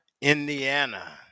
Indiana